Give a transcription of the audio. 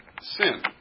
sin